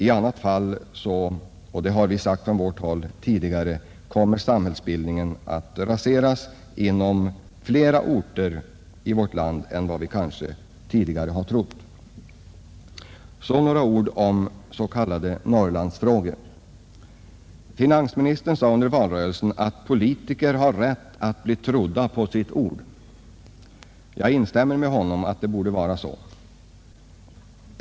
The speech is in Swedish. I annat fall, och det har vi sagt tidigare från vårt håll, kommer samhällsbildningen att raseras inom flera orter i vårt land än vad vi tidigare trott. Så några ord om s.k. Norrlandsfrågor. Finansministern sade under valrörelsen att politiker har rätt att bli trodda på sitt ord. Jag instämmer med honom att det borde vara så.